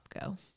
go